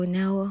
now